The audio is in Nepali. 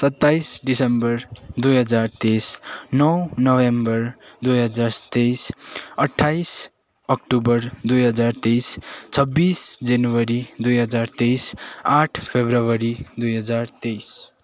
सत्ताइस डिसम्बर दुई हजार तेइस नौ नोभेम्बर दुई हजार तेइस अठ्ठाइस अक्टोबर दुई हजार तेइस छब्बिस जनवरी दुई हजार तेइस आठ फरवरी दुई हजार तेइस